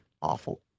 awful